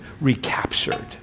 recaptured